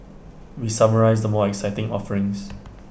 we summarise the more exciting offerings